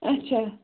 اچھا